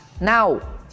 now